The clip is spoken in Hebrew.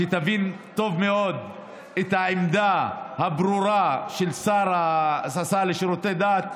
כדי שתבין טוב מאוד את העמדה הברורה של השר לשירותי דת,